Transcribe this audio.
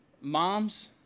moms